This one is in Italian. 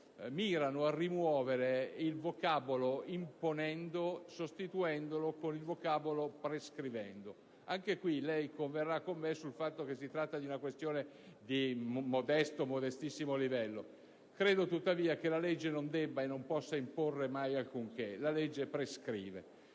mirano a rimuovere il vocabolo "imponendo" sostituendolo con il vocabolo "prescrivendo". Anche in questo caso, signora Presidente, converrà con me sul fatto che si tratta di una questione di modesto livello. Credo tuttavia che la legge non debba e non possa imporre mai alcunché: la legge prescrive.